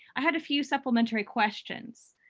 i had a few supplementary questions.